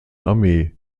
armee